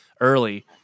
early